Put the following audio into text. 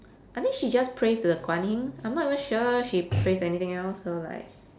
I think she just prays to the guan yin I'm not even sure she prays to anything else so like